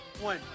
one